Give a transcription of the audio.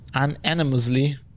Unanimously